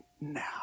now